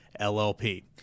LLP